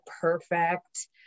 perfect